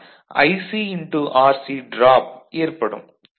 அதனால் IcRC drop ஏற்படும்